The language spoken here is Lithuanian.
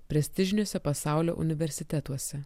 prestižiniuose pasaulio universitetuose